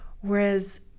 Whereas